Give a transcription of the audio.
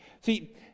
See